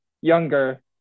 younger